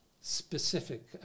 specific